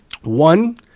one